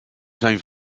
zijn